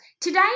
Today